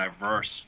diverse